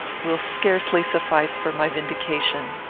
will scarcely suffice for my vindication.